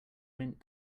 mint